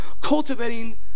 cultivating